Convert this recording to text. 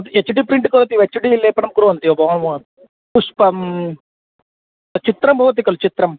H D print करोति H D लेपनं कुर्वन्ति वा पुष्पं चित्रं भवति खलु चित्रं